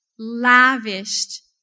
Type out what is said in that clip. lavished